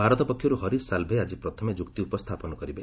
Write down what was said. ଭାରତ ପକ୍ଷରୁ ହରୀଶ ସାଲ୍ଭେ ଆଜି ପ୍ରଥମେ ଯୁକ୍ତି ଉପସ୍ଥାପନ କରିବେ